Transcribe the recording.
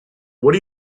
what